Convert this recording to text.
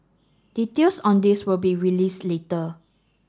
details on this will be released later